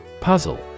Puzzle